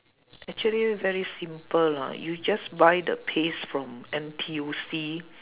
actually very simple lah you just buy the paste from N_T_U_C